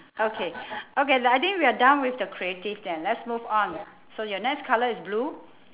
okay okay uh I think we're done with the creative then let's move on so your next colour is blue